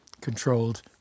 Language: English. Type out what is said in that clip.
controlled